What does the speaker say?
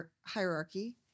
hierarchy